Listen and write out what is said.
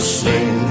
sing